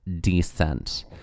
descent